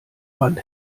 wand